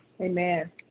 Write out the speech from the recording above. Amen